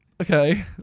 Okay